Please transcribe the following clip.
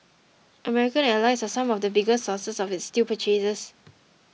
American allies are some of the biggest sources of its steel purchases